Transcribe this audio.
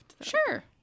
sure